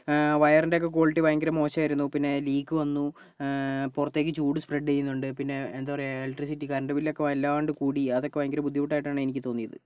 വയറിൻ്റെയൊക്കെ quality ഭയങ്കര മോശമായിരുന്നു പിന്നെ ലീക്ക് വന്നു പുറത്തേക്ക് ചൂട് സ്പ്രെഡ് ചെയ്യുന്നുണ്ട് പിന്നെ എന്താ പറയുക ഇലക്ട്രിസിറ്റി കറണ്ട് ബില്ല് ഒക്കെ വല്ലാണ്ട് കൂടി അതൊക്കെ ഭയങ്കര ബുദ്ധിമുട്ട് ആയിട്ടാണ് എനിക്ക് തോന്നിയത്